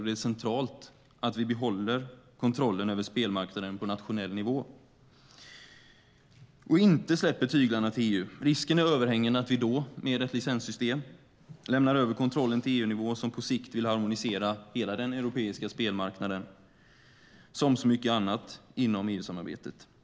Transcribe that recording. Det är centralt att vi behåller kontrollen över spelmarknaden på nationell nivå och inte släpper tyglarna till EU. Risken är överhängande att vi då, med ett licenssystem, lämnar över kontrollen till EU-nivån, som på sikt vill harmonisera hela den europeiska spelmarknaden som så mycket annat inom EU-samarbetet.